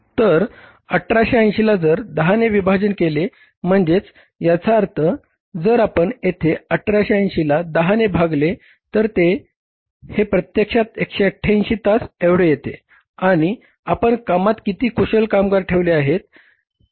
तर 1880 ला जर 10 विभाजन केले म्हणजे याचा अर्थ जर आपण येथे 1880 ला 10 ने भागले तर ते तर हे प्रत्यक्षात 188 तास एवढी येते आणि आपण कामात किती कुशल कामगार ठेवले आहेत